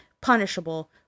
punishable